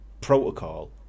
protocol